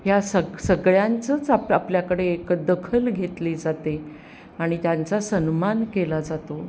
या सग सगळ्यांचंच आप आपल्याकडे एक दखल घेतली जाते आणि त्यांचा सन्मान केला जातो